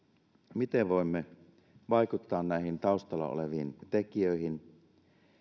miten voimme vaikuttaa näihin taustalla oleviin tekijöihin